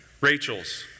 Rachel's